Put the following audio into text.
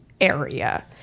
area